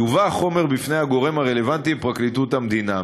יובא החומר בפני הגורם הרלוונטי בפרקליטות המדינה.